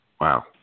Wow